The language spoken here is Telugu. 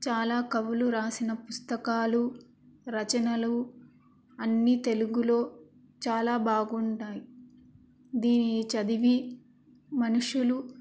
చాలా కవులు రాసిన పుస్తకాలు రచనలు అన్నీ తెలుగులో చాలా బాగుంటాయి దీనిని చదివి మనుషులు